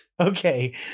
Okay